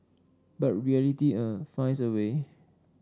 but reality uh finds a way